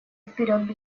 вперед